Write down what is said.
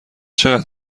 چقدر